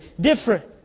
different